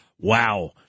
Wow